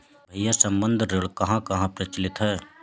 भैया संबंद्ध ऋण कहां कहां प्रचलित है?